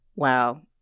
Wow